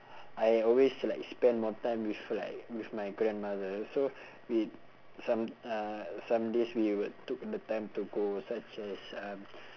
I always like spend more time with like with my grandmother so we some uh some days we would took the time to go such as um